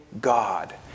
God